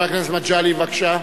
חבר הכנסת מגלי והבה, בבקשה.